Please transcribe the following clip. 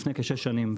לפני כשש שנים.